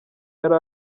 yari